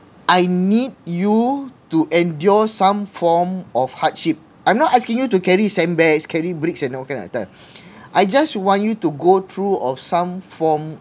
I need you to endure some form of hardship I'm not asking you to carry sandbags carry bricks and no connector I just want you to go through of some form